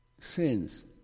sins